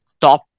top